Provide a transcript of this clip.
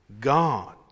God